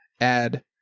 add